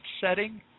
setting